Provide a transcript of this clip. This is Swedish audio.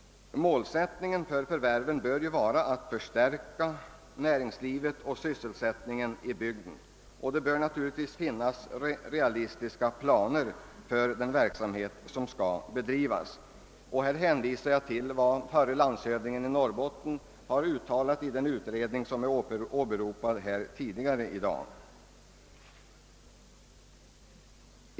Målsättningen för förvärven bör vara att förstärka näringslivet och sysselsättningen i bygden, och det bör naturligtvis uppgöras realistiska planer för hur den verksamheten skall bedrivas. Här kan jag hänvisa till vad förre landshövdingen i Norrbottens län har uttalat i den utredning som är åberopad här tidigare i dag.